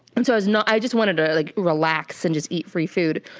and so you know i just wanted to like relax and just eat free food.